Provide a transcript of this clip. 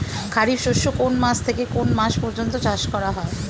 খারিফ শস্য কোন মাস থেকে কোন মাস পর্যন্ত চাষ করা হয়?